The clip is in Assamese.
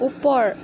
ওপৰ